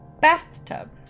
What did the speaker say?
bathtub